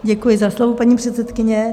Děkuji za slovo, paní předsedkyně.